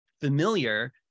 familiar